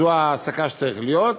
זו ההעסקה שצריכה להיות.